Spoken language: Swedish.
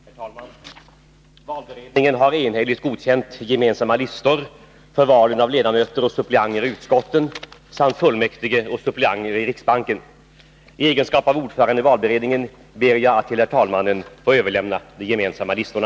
Herr talman! Valberedningen har enhälligt godkänt gemensamma listor för valen av ledamöter och suppleanter i utskotten samt fullmäktige och suppleanter i riksbanken. I egenskap av ordförande i valberedningen ber jag att till herr talmannen få överlämna de gemensamma listorna.